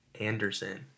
Anderson